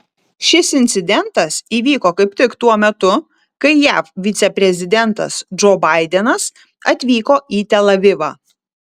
šis incidentas įvyko kaip tik tuo metu kai jav viceprezidentas džo baidenas atvyko į tel avivą